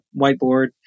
whiteboard